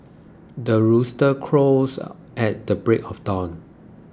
the rooster crows at the break of dawn